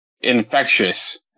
infectious